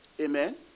Amen